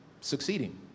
succeeding